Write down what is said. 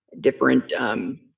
different